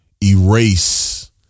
erase